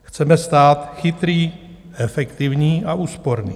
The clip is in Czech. Chceme stát chytrý, efektivní a úsporný.